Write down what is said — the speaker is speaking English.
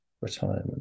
retirement